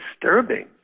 disturbing